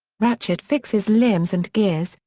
ratchet fixes limbs and gears,